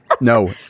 No